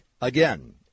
Again